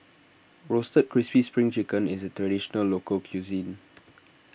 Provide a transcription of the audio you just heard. Roasted Crispy Spring Chicken is a Traditional Local Cuisine